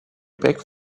back